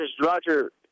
Roger